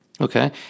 Okay